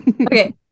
Okay